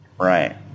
Right